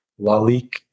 Lalique